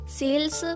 sales